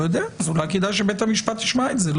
אולי כדאי שבית המשפט ישמע את זה.